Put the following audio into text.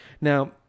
Now